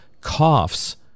coughs